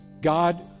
God